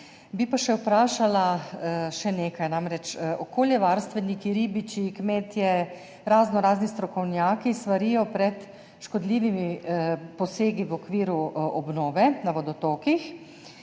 Bi pa vprašala še nekaj. Namreč, okoljevarstveniki, ribiči, kmetje, raznorazni strokovnjaki svarijo pred škodljivimi posegi v okviru obnove na vodotokih.